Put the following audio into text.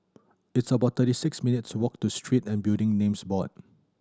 it's about thirty six minutes' walk to Street and Building Names Board